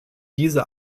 diese